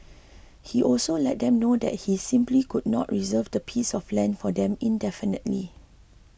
he also let them know that he simply could not reserve that piece of land for them indefinitely